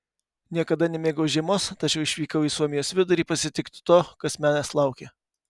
niekada nemėgau žiemos tačiau išvykau į suomijos vidurį pasitikti to kas manęs laukė